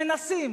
מנסים